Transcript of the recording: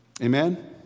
Amen